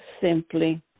simply